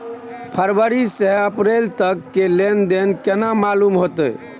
फरवरी से अप्रैल तक के लेन देन केना मालूम होते?